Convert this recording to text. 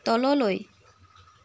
তললৈ